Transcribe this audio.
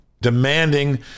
demanding